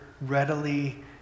readily